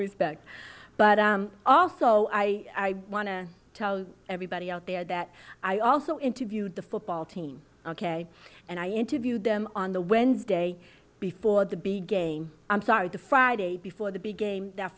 respect but also i want to tell everybody out there that i also interviewed the football team ok and i interviewed them on the wednesday before the big game i'm sorry the friday before the big game th